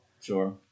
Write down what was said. Sure